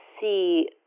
see